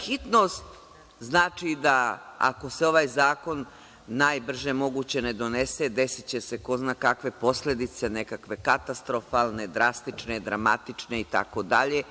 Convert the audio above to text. Hitnost znači da ako se ovaj zakon najbrže moguće ne donese desiće se ko zna kakve posledice, nekakve katastrofalne, drastične, dramatične itd.